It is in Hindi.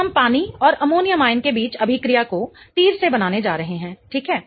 तो हम पानी और अमोनियम आयन के बीच अभिक्रिया को तीर से बनाने जा रहे हैं ठीक है